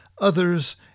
others